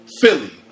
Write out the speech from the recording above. Philly